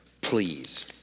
please